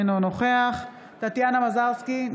אינו נוכח טטיאנה מזרסקי,